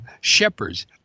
shepherds